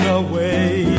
away